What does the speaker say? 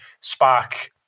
spark